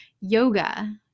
yoga